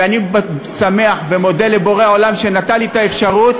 ואני שמח ומודה לבורא עולם שנתן לי את האפשרות,